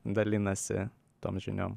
dalinasi tom žiniom